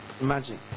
imagine